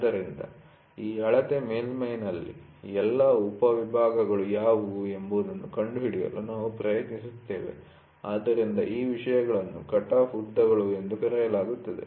ಆದ್ದರಿಂದ ಈ ಅಳತೆ ಮೇಲ್ಮೈ'ನಲ್ಲಿ ಎಲ್ಲಾ ಉಪ ವಿಭಾಗಗಳು ಯಾವುವು ಎಂಬುದನ್ನು ಕಂಡುಹಿಡಿಯಲು ನಾವು ಪ್ರಯತ್ನಿಸುತ್ತೇವೆ ಆದ್ದರಿಂದ ಆ ವಿಷಯಗಳನ್ನು ಕಟಾಫ್ ಉದ್ದಗಳು ಎಂದು ಕರೆಯಲಾಗುತ್ತದೆ